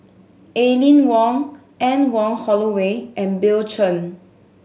Aline Wong Anne Wong Holloway and Bill Chen